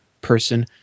person